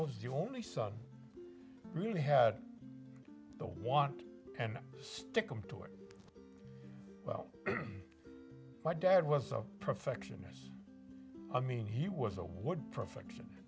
was the only son really had the want and sticking to it well my dad was a perfectionist i mean he was a what perfection